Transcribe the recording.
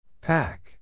Pack